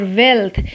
wealth